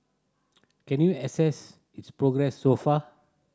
can you assess its progress so far